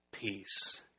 peace